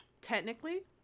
technically